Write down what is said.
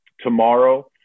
tomorrow